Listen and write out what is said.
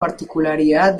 particularidad